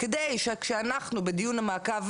כדי שכשאנחנו בדיון המעקב,